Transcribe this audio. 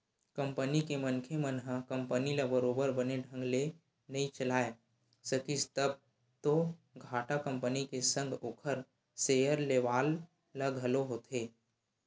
company के मनखे मन ह कंपनी ल बरोबर बने ढंग ले नइ चलाय सकिस तब तो घाटा कंपनी के संग ओखर सेयर लेवाल ल घलो होथे